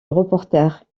reporter